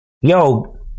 yo